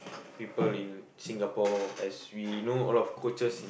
people in Singapore as we know a lot of coaches